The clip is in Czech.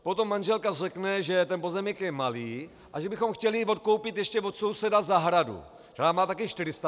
Potom manželka řekne, že ten pozemek je malý a že bychom chtěli odkoupit ještě od souseda zahradu, která má také 400 m2.